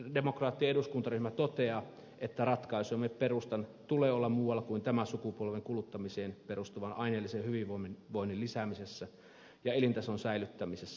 kristillisdemokraattien eduskuntaryhmä toteaa että ratkaisujemme perustan tulee olla muualla kuin tämän sukupolven kuluttamiseen perustuvan aineellisen hyvinvoinnin lisäämisessä ja elintason säilyttämisessä